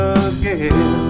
again